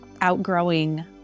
outgrowing